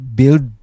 build